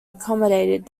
accommodated